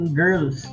girls